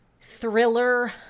thriller